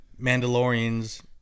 Mandalorians